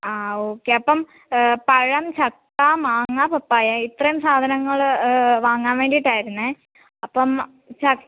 ആ ഓക്കേ അപ്പം പഴം ചക്ക മാങ്ങ പപ്പായ ഇത്രയും സാധനങ്ങൾ വാങ്ങാൻ വേണ്ടീട്ടായിരുന്നു അപ്പം ചക്ക